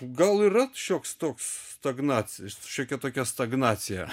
gal yra šioks toks stagnacijos šiokia tokia stagnacija